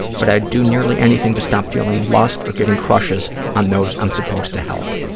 but i'd do nearly anything to stop feeling lust or getting crushes on those i'm supposed to help.